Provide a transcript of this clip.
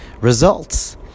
results